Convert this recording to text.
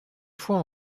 fois